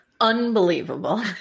Unbelievable